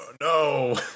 No